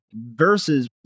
Versus